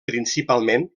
principalment